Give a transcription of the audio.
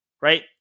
Right